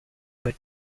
but